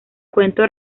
cuento